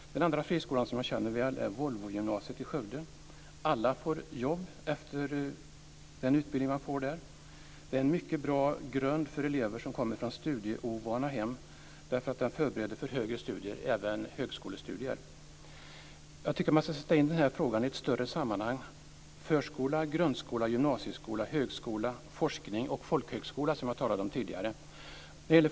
Den andra friskolan, som jag känner väl, är Volvogymnasiet i Skövde. Alla får jobb efter den utbildning de får där. Det är en mycket bra grund för elever som kommer från studieovana hem, därför att den förbereder för högre studier, även högskolestudier. Jag tycker att man ska sätta in den här frågan i ett större sammanhang: förskola, grundskola, gymnasieskola, högskola, forskning och folkhögskola, som jag talade om tidigare.